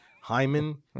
Hyman